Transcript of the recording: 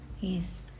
Yes